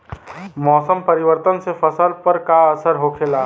मौसम परिवर्तन से फसल पर का असर होखेला?